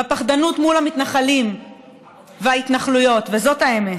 בפחדנות מול המתנחלים וההתנחלויות, זאת האמת.